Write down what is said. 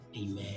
amen